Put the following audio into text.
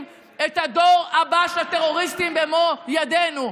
את הדור הבא של הטרוריסטים במו ידינו.